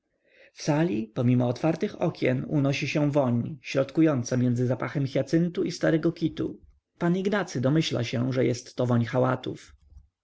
sali pomimo otwartych okien unosi się woń środkująca między zapachem hijacyntu i starego kitu pan ignacy domyśla się że jest to